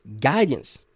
guidance